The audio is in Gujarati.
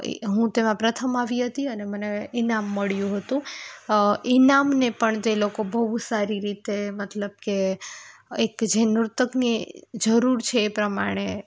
એ હું તેમાં પ્રથમ આવી હતી અને મને ઈનામ મળ્યું હતું ઈનામને પણ તે લોકો બહુ સારી રીતે મતલબ કે કે જે નર્તકને જરૂર છે એ પ્રમાણે